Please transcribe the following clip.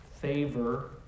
favor